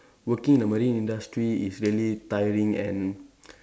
working in the marine industry is really tiring and